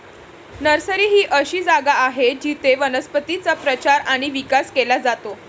nursery ही अशी जागा आहे जिथे वनस्पतींचा प्रचार आणि विकास केला जातो